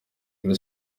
kuri